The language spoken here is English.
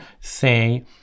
say